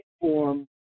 form